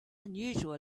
unusual